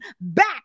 back